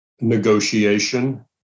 negotiation